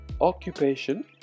occupation